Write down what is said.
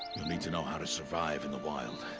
need to know how to survive in the wild.